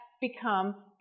become